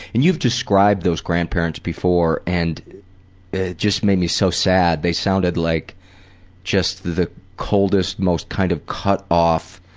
and you've described those grandparents grandparents before and it just made me so sad. they sounded like just the coldest, most kind of cut off.